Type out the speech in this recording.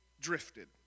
drifted